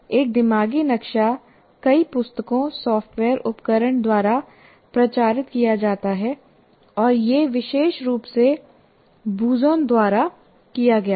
एक दिमागी नक्शा कई पुस्तकों सॉफ्टवेयर उपकरण द्वारा प्रचारित किया जाता है और यह विशेष रूप से बुज़ोन द्वारा किया गया था